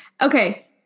Okay